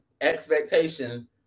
expectation